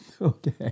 okay